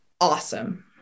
awesome